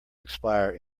expire